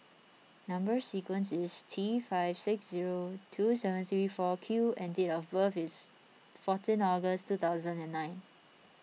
Number Sequence is T five six zero two seven three four Q and date of birth is fourteen August two thousand and nine